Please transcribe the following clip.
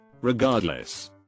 Regardless